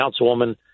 councilwoman